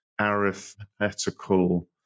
arithmetical